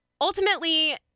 ultimately